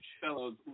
fellows